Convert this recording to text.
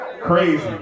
crazy